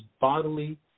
bodily